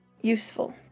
Useful